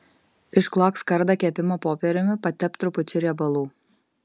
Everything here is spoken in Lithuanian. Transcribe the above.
išklok skardą kepimo popieriumi patepk trupučiu riebalų